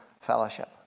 fellowship